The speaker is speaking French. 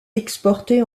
exporté